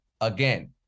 again